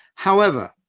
however,